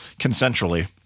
consensually